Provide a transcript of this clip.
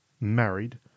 married